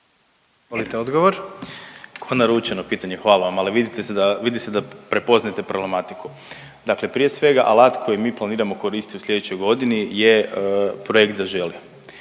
Ivan** Kao naručeno pitanje, hvala vam. Ali vidi se da prepoznajete problematiku. Dakle prije svega, alat koji mi planiramo koristiti u sljedećoj godini je projekt Zaželi.